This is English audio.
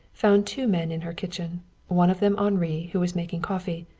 found two men in her kitchen one of them henri, who was making coffee,